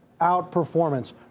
outperformance